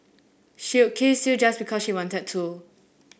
she would kiss you just because she wanted to